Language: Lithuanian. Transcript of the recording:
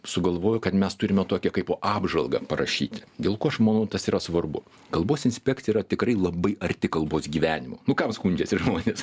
sugalvojau kad mes turime tokią kaip po apžvalgą parašyti dėl ko aš manau tas yra svarbu kalbos inspekcija yra tikrai labai arti kalbos gyvenimo nu kam skundžiasi žmonės